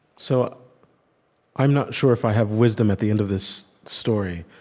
so i'm not sure if i have wisdom at the end of this story,